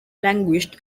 languished